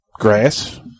Grass